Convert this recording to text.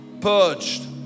purged